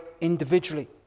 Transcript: individually